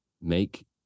make